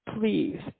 please